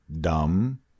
dumb